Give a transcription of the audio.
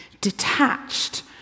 detached